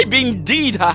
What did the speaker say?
indeed